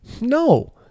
No